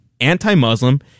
anti-Muslim